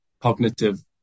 cognitive